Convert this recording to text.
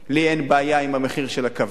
לי אין בעיה עם המחיר של הקוויאר,